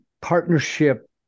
partnership